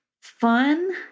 fun